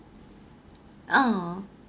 !aww!